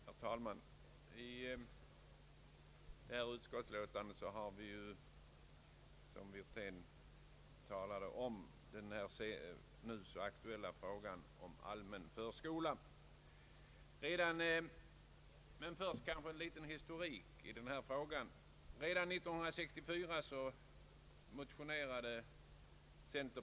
Herr talman! I detta utskottsutlåtande behandlas, som herr Wirtén nämnde, bl.a. den nu så aktuella frågan om en allmän förskola. Jag vill först ge en liten historik.